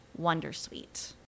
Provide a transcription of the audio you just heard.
Wondersuite